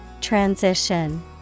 Transition